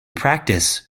practice